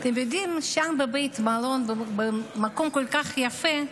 אתם יודעים, שם בבית המלון, במקום כל כך יפה,